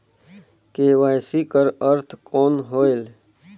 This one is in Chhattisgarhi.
के.वाई.सी कर अर्थ कौन होएल?